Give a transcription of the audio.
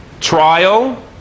trial